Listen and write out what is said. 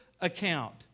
account